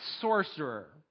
sorcerer